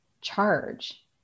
charge